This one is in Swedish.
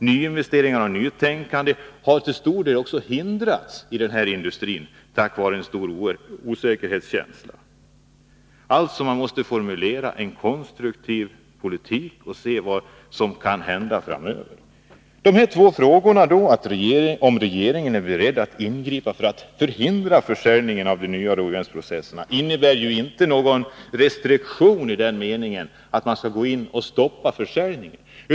Nyinvesteringar och nytänkande har till stor del också hindrats inom denna industri på grund av en stor osäkerhetskänsla. Man måste alltså formulera en konstruktiv politik och se vad som kan hända framöver. En av de frågor jag har ställt i interpellationen, om regeringen är beredd att ingripa för att förhindra försäljningen av de nya råjärnsprocesserna, innebär inte någon restriktion i den meningen att man skall gå in och stoppa försäljningen.